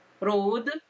road